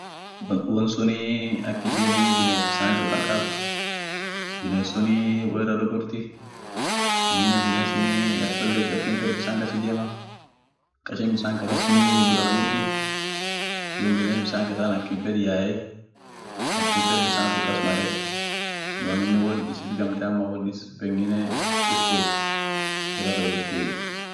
won sunii ak ishinii biness bisanisun karkart binesunii wo irra dogorti aminen binesinii akcholle ak inin feed bisan kas ijema, kashin bissan kasa sunii duraguurti duum biness bissan kasan ak in feed yae, ak in feed bisa sun kas marre, duum aminen won isit gamte ama won is-pengine is kuut irra dogortiey.